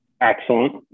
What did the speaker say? Excellent